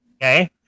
Okay